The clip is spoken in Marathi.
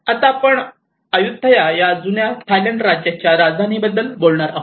आता आपण अय्युथय़ा या जुन्या थायलँड राज्याच्या राजधानी बद्दल बोलणार आहोत